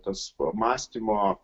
tas pamąstymo